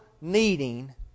needing